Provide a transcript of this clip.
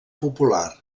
popular